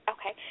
Okay